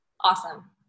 Awesome